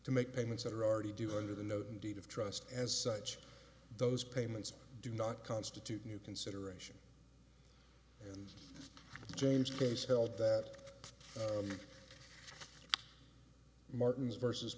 to make payments that are already do under the no deed of trust as such those payments do not constitute a new consideration james case held that martin's versus